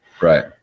Right